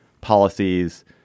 policies